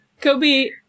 Kobe